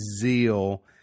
zeal